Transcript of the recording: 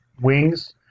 wings